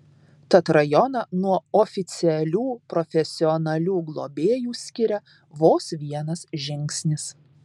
tad rajoną nuo oficialių profesionalių globėjų skiria vos vienas žingsnis